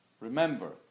Remember